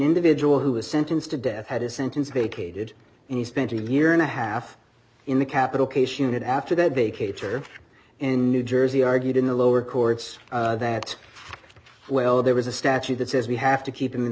individual who was sentenced to death had his sentence vacated and he spent a year and a half in the capital case unit after that they cater in new jersey argued in the lower courts that well there was a statute that says we have to keep him in